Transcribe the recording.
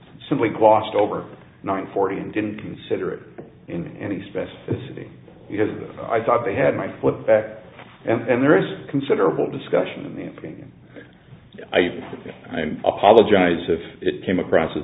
simply glossed over nine forty and didn't consider it in any specificity because i thought they had my foot back and there is considerable discussion then thing i apologize if it came across